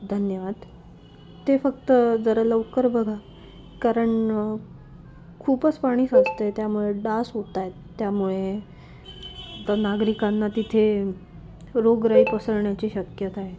धन्यवाद ते फक्त जरा लवकर बघा कारण खूपच पाणी साचतंय त्यामुळे डास होतायत त्यामुळे नागरिकांना तिथे रोगराई पसरण्याची शक्यता आहे